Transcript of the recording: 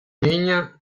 niña